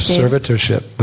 servitorship